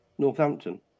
Northampton